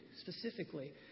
specifically